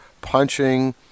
punching